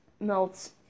melts